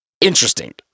Interesting